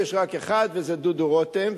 דודו יש רק אחד וזה דודו רותם,